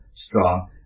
Strong